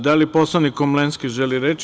Da li poslanik Komlenski želi reč?